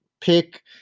pick